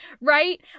right